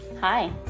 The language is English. Hi